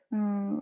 mm